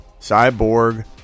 cyborg